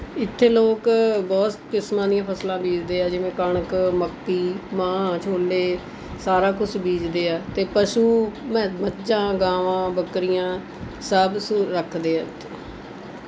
ਇੱਥੇ ਲੋਕ ਬਹੁਤ ਕਿਸਮਾਂ ਦੀਆਂ ਫਸਲਾਂ ਬੀਜਦੇ ਹੈ ਜਿਵੇਂ ਕਣਕ ਮੱਕੀ ਮਾਂਹ ਛੋਲੇ ਸਾਰਾ ਕੁਛ ਬੀਜਦੇ ਹੈ ਅਤੇ ਪਸ਼ੂ ਮੱਝ ਮੱਝਾਂ ਗਾਵਾਂ ਬੱਕਰੀਆਂ ਸਭ ਰੱਖਦੇ ਹੈ ਇੱਥੇ